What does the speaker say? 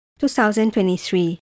2023